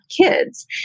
kids